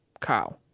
Cow